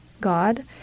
God